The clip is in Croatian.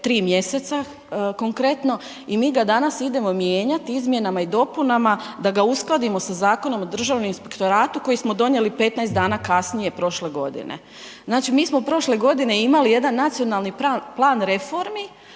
3 mjeseca, konkretno i mi ga danas idemo mijenjati izmjenama i dopunama da ga uskladimo sa Zakonom o Državnom inspektoratu koji smo donijeli 15 dana kasnije prošle godine. Znači, mi smo prošle godine imali jedan nacionalni plan reformi,